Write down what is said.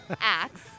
acts